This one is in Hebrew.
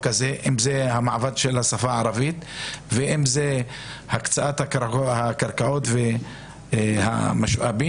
הזה המעמד של השפה הערבית והקצאת הקרקעות והמשאבים